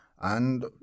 And